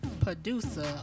producer